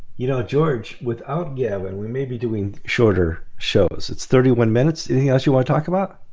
you know george without gavin, we may be doing shorter shows. it's thirty one minutes anything else you want to talk about?